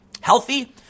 healthy